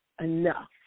enough